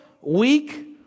weak